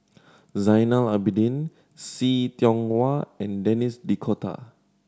Zainal Abidin See Tiong Wah and Denis D'Cotta